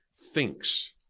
thinks